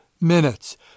minutes